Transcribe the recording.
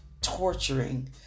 torturing